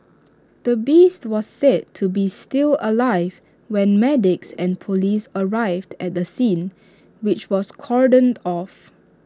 the beast was said to be still alive when medics and Police arrived at the scene which was cordoned off